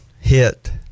hit